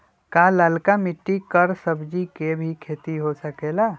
का लालका मिट्टी कर सब्जी के भी खेती हो सकेला?